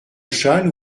châle